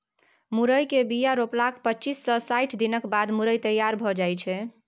मुरय केर बीया रोपलाक पच्चीस सँ साठि दिनक बाद मुरय तैयार भए जाइ छै